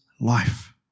life